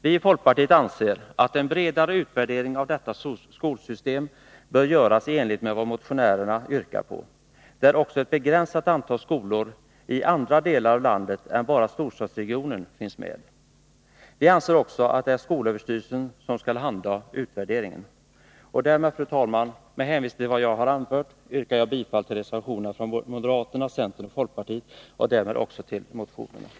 Vi i folkpartiet anser att en bredare utvärdering av detta skolsystem bör göras i enlighet med vad motionärerna yrkar på, där också ett begränsat antal skolor i andra delar av landet än bara storstadsregionen finns med. Vi anser också att det är skolöverstyrelsen som skall handha utvärderingen. Fru talman! Med hänvisning till vad jag här anfört yrkar jag bifall till reservationen från moderaterna, centern och folkpartiet och därmed också till motionerna.